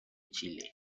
chile